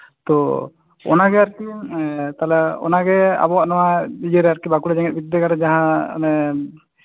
ᱛᱚ ᱚᱱᱟᱜᱮ ᱟᱨᱠᱤ ᱚᱱᱟᱜᱮ ᱟᱵᱚᱣᱟᱜ ᱤᱭᱟᱹᱨᱮ ᱵᱟᱸᱠᱩᱲᱟ ᱡᱮᱸᱜᱮᱛ ᱵᱤᱫᱽᱫᱟᱹᱜᱟᱲᱨᱮ ᱡᱟᱦᱟᱸ ᱚᱱᱮ